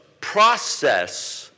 process